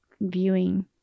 viewing